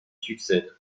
succède